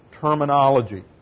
terminology